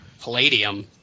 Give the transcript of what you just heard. Palladium